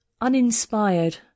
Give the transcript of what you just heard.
Uninspired